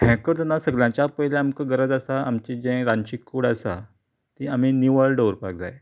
हें करतना सगळ्यांच्या पयली आमकां गरज आसा आमचें जें रांदची कूड आसा ती आमी निवळ दवरपाक जाय